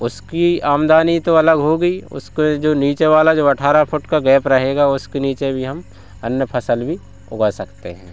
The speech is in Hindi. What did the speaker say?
उसकी आमदनी तो अलग होगी उसके जो नीचे वाला जो अठारह फुट का गैप रहेगा उसके नीचे भी हम अन्न फसल भी उगा सकते हैं